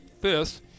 fifth